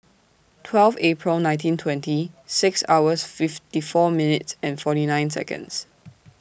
twelve April nineteen twenty six hours fifty four minutes and forty nine Seconds